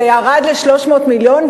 זה ירד ל-300 מיליון,